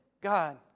God